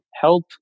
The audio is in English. help